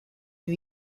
new